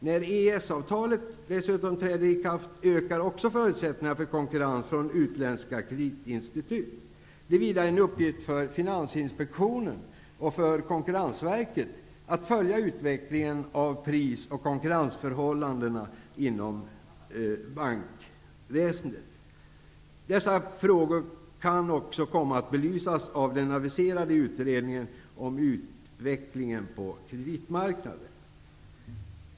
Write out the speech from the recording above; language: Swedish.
När EES-avtalet dessutom träder i kraft ökar också förutsättningarna för konkurrens från utländska kreditinstitut. Det är vidare en uppgift för Finansinspektionen och Konkurrensverket att följa utvecklingen av pris och konkurrensförhållandena inom bankväsendet. Dessa frågor kan också komma att belysas av den aviserade utredningen om utvecklingen på kreditmarknaden.